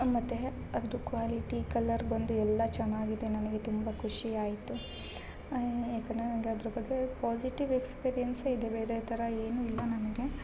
ಮತ್ತು ಅದ್ರ quality colour ಬಂದು ಎಲ್ಲ ಚೆನ್ನಾಗಿದೆ ನನಗೆ ತುಂಬ ಖುಷಿ ಆಯಿತು ಯಾಕನ್ನ ನಂಗೆ ಅದ್ರ ಬಗ್ಗೆ ಪಾಝಿಟಿವ್ ಎಕ್ಸ್ಪೀರಿಯನ್ಸೇ ಇದೆ ಬೇರೆ ಥರ ಏನೂ ಇಲ್ಲ ನನಗೆ